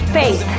faith